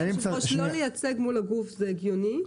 אדוני היושב-ראש, "שלא ייצג מול הגוף" זה הגיוני.